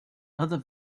other